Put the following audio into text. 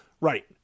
Right